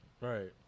right